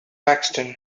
paxton